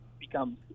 become